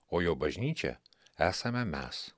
o jo bažnyčia esame mes